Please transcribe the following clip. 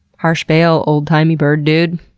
harsh bail, old-timey bird dude.